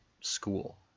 school